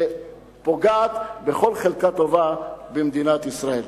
שפוגעת בכל חלקה טובה במדינת ישראל.